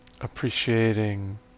appreciating